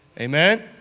Amen